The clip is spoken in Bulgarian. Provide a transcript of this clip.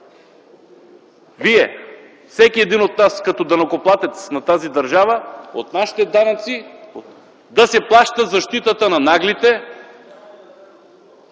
към всеки един от нас като данъкоплатец на тази държава от нашите данъци да се плащат защитата на „Наглите”